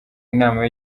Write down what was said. inama